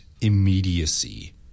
immediacy